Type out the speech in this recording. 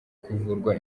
kuvurwa